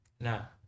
now